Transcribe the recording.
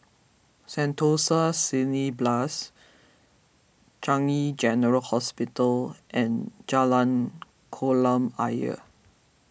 Sentosa Cineblast Changi General Hospital and Jalan Kolam Ayer